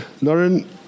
Lauren